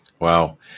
Wow